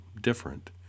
different